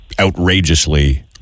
outrageously